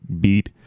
beat